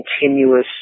continuous